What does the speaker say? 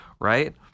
right